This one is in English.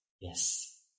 Yes